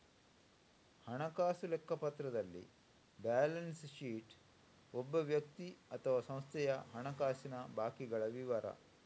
ಹಣಕಾಸು ಲೆಕ್ಕಪತ್ರದಲ್ಲಿ balance sheet ಒಬ್ಬ ವ್ಯಕ್ತಿ ಅಥವಾ ಸಂಸ್ಥೆಯ ಹಣಕಾಸಿನ ಬಾಕಿಗಳ ವಿವರ